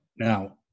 Now